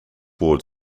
ward